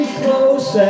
close